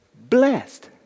blessed